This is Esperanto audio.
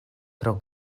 tro